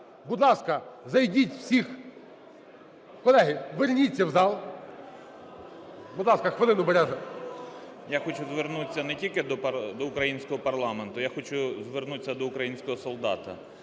будь ласка, зайдіть всіх... Колеги, верніться в зал. Будь ласка, хвилину, Береза. 12:16:20 БЕРЕЗА Ю.М. Я хочу звернутися не тільки до українського парламенту, я хочу звернутися до українського солдата.